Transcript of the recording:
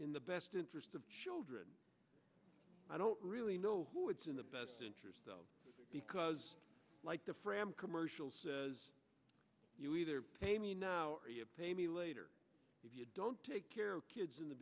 in the best interest of children i don't really know who it's in the best interest because like the fram commercial says you either pay me now pay me later if you don't take care of kids in the